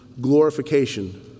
glorification